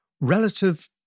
relative